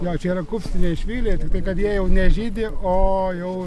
jo čia yra kupstiniai švyliai tai tai kad jie jau nežydi o jau